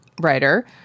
writer